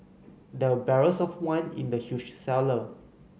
there barrels of wine in the huge cellar